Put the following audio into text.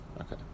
Okay